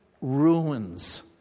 ruins